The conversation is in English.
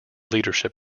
leadership